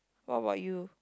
what about you